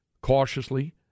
cautiously